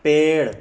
पेड़